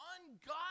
ungodly